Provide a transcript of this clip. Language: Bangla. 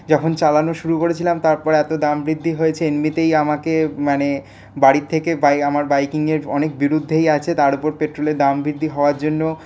যখন চালানো শুরু করেছিলাম তারপর এত দাম বৃদ্ধি হয়েছে এমনিতেই আমাকে মানে বাড়ি থেকে আমার বাইকিংয়ের অনেক বিরুদ্ধেই আছে তার ওপর পেট্রোলের দাম বৃদ্ধি হওয়ার জন্য